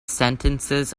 sentences